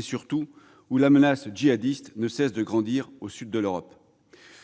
surtout, où la menace djihadiste ne cesse de grandir au sud de l'Europe.